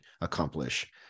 accomplish